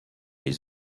les